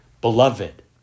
beloved